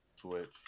Switch